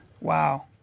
Wow